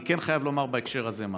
אני כן חייב לומר בהקשר הזה משהו,